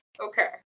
okay